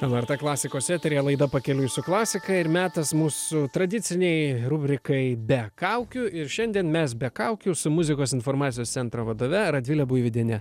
lrt klasikos eteryje laida pakeliui su klasika ir metas mūsų tradicinei rubrikai be kaukių ir šiandien mes be kaukių su muzikos informacijos centro vadove radvile buivydiene